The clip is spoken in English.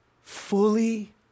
fully